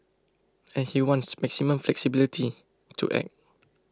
and he wants maximum flexibility to act